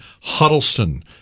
Huddleston